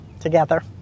together